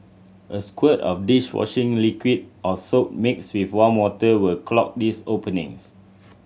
a squirt of dish washing liquid or soap mixed with warm water will clog these openings